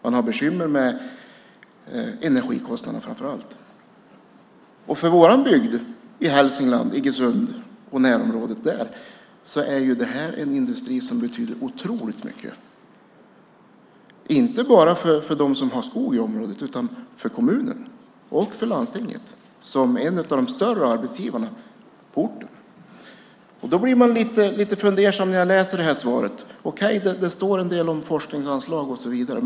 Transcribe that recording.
Man har bekymmer med energikostnaderna, framför allt. För vår bygd i Hälsingland, Iggesund och närområdet, är det här en industri som betyder otroligt mycket, inte bara för dem som har skog i området utan också för kommunen och för landstinget, som är en av de större arbetsgivarna på orten. Då blir jag lite fundersam när jag läser det här svaret. Okej, det står en del om forskningsanslag och så vidare.